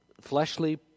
fleshly